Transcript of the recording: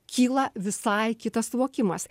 kyla visai kitas suvokimas